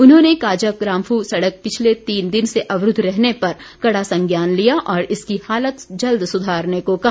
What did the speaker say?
उन्होंने काजा ग्रांम्फू सड़क पिछले तीन दिन से अवरूद्व रहने पर कड़ा संज्ञान लिया और इसकी हालत जल्द सुधारने को कहा